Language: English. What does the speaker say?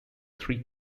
three